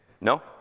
No